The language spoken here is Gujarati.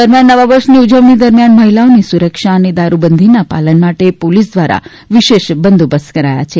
દરમિયાન નવા વર્ષની ઉજવણી દરમિયાન મહિલાઓની સુરક્ષા અને દારૂબંધીના પાલન માટે પોલીસ દ્વારા વિશેષ બંદોબસ્ત કરાયા છે